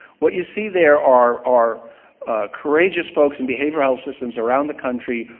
what you see there are are courageous folks in behavioral health systems around the country,